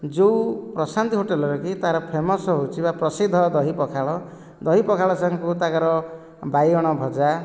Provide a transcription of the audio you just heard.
ଯେଉଁ ପ୍ରଶାନ୍ତି ହୋଟେଲ ର କି ତା ର ଫେମସ୍ ହେଉଛି ବା ପ୍ରସିଦ୍ଧ ଦହି ପଖାଳ ଦହି ପଖାଳ ସାଙ୍ଗକୁ ତାଙ୍କର ବାଇଗଣ ଭଜା